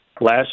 last